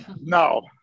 No